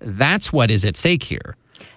that's what is at stake here